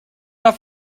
auf